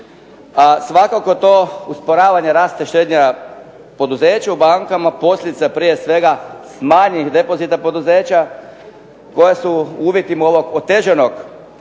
Svakako to usporavanje raste, štednja poduzeću, bankama posljedica je prije svega smanjenih depozita poduzeća koja su u uvjetima ovog otežanog